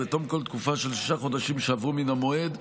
ובתום כל תקופה של שישה חודשים שעברו מן המועד,